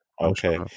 Okay